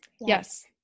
Yes